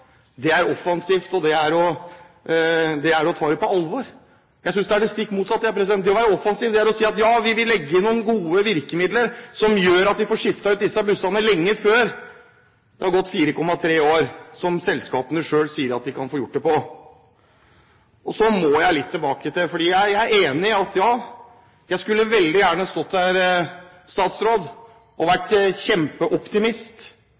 det er offensivt, og det er å ta det på alvor. Jeg synes det er det stikk motsatte. Det å være offensiv er å si at ja, vi vil legge inn noen gode virkemidler som gjør at vi får skiftet ut disse bussene lenge før det har gått 4,3 år, som selskapene selv sier de kan få gjort det på. Så må jeg gå litt tilbake. Ja, jeg skulle veldig gjerne stått her, statsråd, og vært kjempeoptimist, og det trodde vi vi kunne være forrige gang med den forrige statsråden, men det var